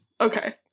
Okay